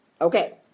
okay